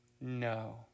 no